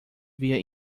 via